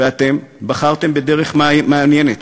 ואתם בחרתם בדרך מעניינת,